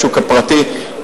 בשוק הפרטי.